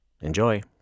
Enjoy